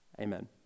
Amen